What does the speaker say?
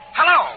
Hello